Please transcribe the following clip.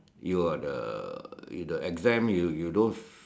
you are the you the exam you you don't